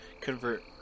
convert